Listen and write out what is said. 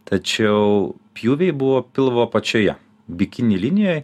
tačiau pjūviai buvo pilvo apačioje bikini linijoj